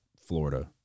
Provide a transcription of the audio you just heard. Florida